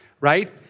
right